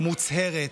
מוצהרת,